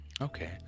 Okay